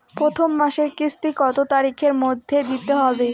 প্রথম মাসের কিস্তি কত তারিখের মধ্যেই দিতে হবে?